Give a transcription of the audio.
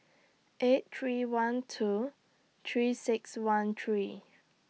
eight three one two three six one three